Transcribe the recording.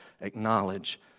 acknowledge